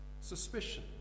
Suspicion